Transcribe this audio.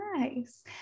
nice